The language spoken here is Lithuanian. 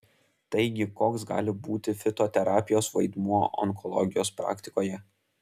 taigi koks gali būti fitoterapijos vaidmuo onkologijos praktikoje